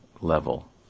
level